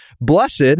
blessed